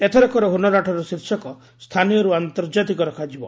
ଏଥରକର ହୁନରହାଟର ଶୀର୍ଷକ ସ୍ଥାନୀୟରୁ ଆର୍ନ୍ତଜାତିକ ରଖାଯିବ